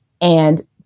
And-